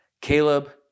Caleb